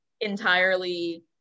entirely